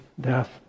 death